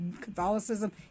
Catholicism